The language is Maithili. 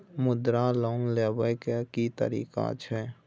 मुद्रा लोन लेबै के की तरीका छै?